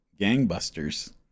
gangbusters